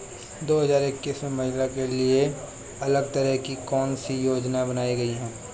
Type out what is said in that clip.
दो हजार इक्कीस में महिलाओं के लिए अलग तरह की कौन सी योजना बनाई गई है?